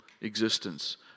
existence